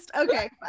Okay